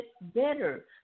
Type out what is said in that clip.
better